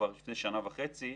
כבר לפני שנה וחצי,